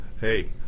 hey